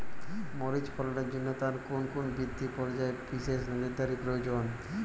মরিচ ফলনের জন্য তার কোন কোন বৃদ্ধি পর্যায়ে বিশেষ নজরদারি প্রয়োজন?